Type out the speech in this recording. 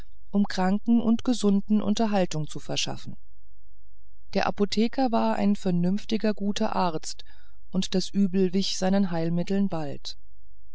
um kranken und gesunden unterhaltung zu verschaffen der apotheker war ein vernünftiger guter arzt und das übel wich seinen heilmitteln bald